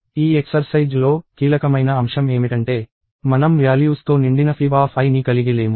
ఈ ఎక్సర్సైజ్ లో కీలకమైన అంశం ఏమిటంటే మనం వ్యాల్యూస్ తో నిండిన fibi ని కలిగి లేము